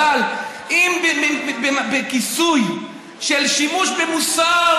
אבל אם בכיסוי של שימוש במוסר: